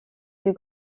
plus